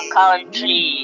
country